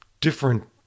different